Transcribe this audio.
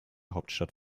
hauptstadt